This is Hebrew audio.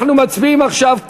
אנחנו מצביעים עכשיו,